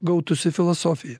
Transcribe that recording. gautųsi filosofija